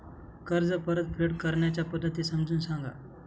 कर्ज परतफेड करण्याच्या पद्धती समजून सांगा